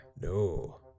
No